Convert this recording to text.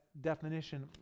definition